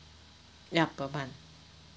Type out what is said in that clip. yup per month